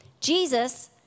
Jesus